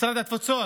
משרד התפוצות,